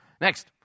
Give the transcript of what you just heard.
Next